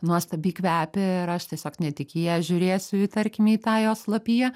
nuostabiai kvepia ir aš tiesiog ne tik į ją žiūrėsiu į tarkime į tą jos lapiją